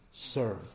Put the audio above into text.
Serve